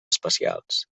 especials